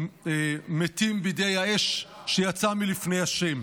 מתים באש שיצאה מלפני ה'.